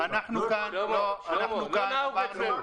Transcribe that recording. -- אנחנו כאן -- שלמה, לא נהוג אצלנו.